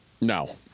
No